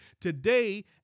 today